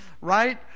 right